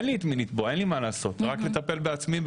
אין לי את מי לתבוע - רק לטפל בעצמי.